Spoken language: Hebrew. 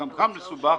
שאף הוא מסובך.